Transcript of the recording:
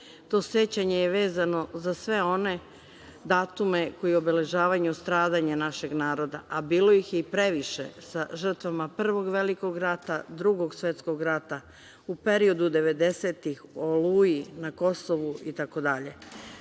To sećanje je vezano za sve one datume koji obeležavaju stradanje našeg naroda, a bilo ih je i previše sa žrtvama Prvog svetskog rata, Drugog svetskog rata, u periodu devedesetih, „Oluji“,